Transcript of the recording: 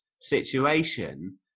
situation